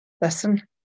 listen